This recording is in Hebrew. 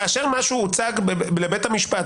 כאשר משהו הוצג לבית המשפט,